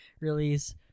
release